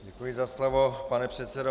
Děkuji za slovo, pane předsedo.